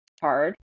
hard